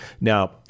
Now